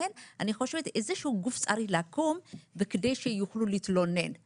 לכן אני חושבת שאיזה שהוא גוף צריך לקום כדי שהם יוכלו להתלונן,